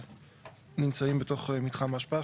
נמצאים בתוך מתחם ההשפעה.